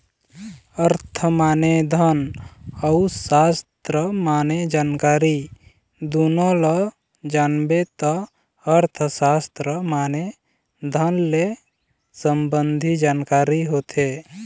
अर्थ माने धन अउ सास्त्र माने जानकारी दुनो ल जानबे त अर्थसास्त्र माने धन ले संबंधी जानकारी होथे